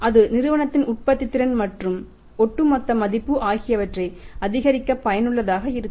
அது நிறுவனத்தின் உற்பத்தித்திறன் மற்றும் ஒட்டு மொத்த மதிப்பு ஆகியவற்றை அதிகரிக்க பயனுள்ளதாக இருக்கும்